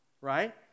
Right